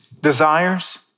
desires